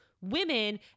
women